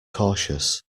cautious